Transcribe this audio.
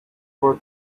for